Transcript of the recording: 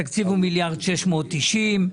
התקציב הוא 1.690 מיליארד,